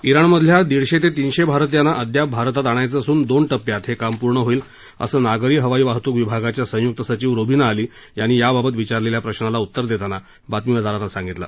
Iran मधल्या दीडशे ते तीनशे भारतीयांना अद्याप भारतात आणायचं असून दोन प्प्यात हे काम पूर्ण होईल असं नागरी हवाई वाहतूक विभागाच्या संयुक्त सचिव रुबीना अली यांनी याबाबत विचारलेल्या प्रश्नाला उत्तर देताना बातमीदारांना सांगितलं